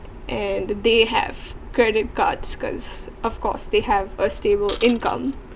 and they have credit cards cause of course they have a stable income